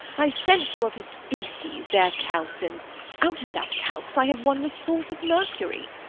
i sent you of his faeces there calcined out of that calx, i have won the salt of mercury.